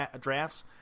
drafts